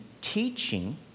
teaching